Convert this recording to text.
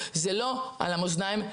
זה לא על המאזניים,